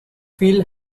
feel